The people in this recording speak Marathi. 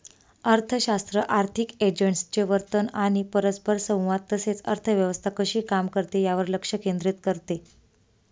अर्थशास्त्र आर्थिक एजंट्सचे वर्तन आणि परस्परसंवाद तसेच अर्थव्यवस्था कशी काम करते यावर लक्ष केंद्रित करते